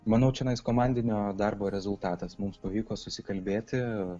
manau čionai komandinio darbo rezultatas mums pavyko susikalbėti